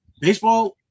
baseball